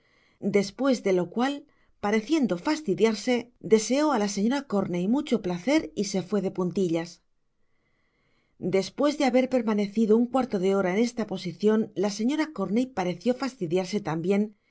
despues de lo cual pareciendo fastidiarse deseó á la señora corney mucho placer y so fué de puntillas despues de haber permanecido un cuarto de hora en esta posicion la señora corney pareció fastidiarse tambien